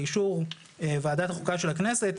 באישור ועדת החוקה של הכנסת,